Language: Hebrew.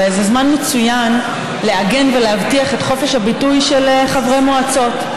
וזה זמן מצוין לעגן ולהבטיח את חופש הביטוי של חברי מועצות.